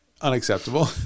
unacceptable